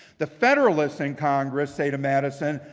the federalists in congress say to madison,